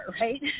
right